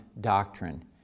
doctrine